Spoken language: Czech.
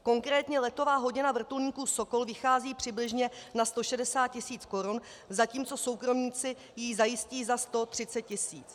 Konkrétně letová hodina vrtulníku Sokol vychází přibližně na 160 tisíc korun, zatímco soukromníci ji zajistí za 130 tisíc.